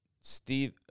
Steve